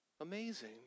Amazing